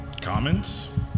Comments